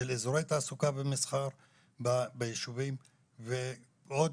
של אזורי תעסוקה ומסחר בישובים ועוד,